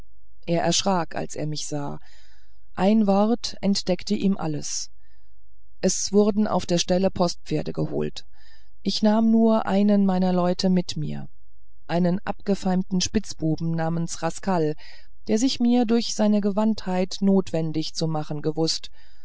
er erschrak als er mich sah ein wort entdeckte ihm alles es wurden auf der stelle postpferde geholt ich nahm nur einen meiner leute mit mir einen abgefeimten spitzbuben namens rascal der sich mir durch seine gewandtheit notwendig zu machen gewußt